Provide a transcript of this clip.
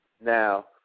Now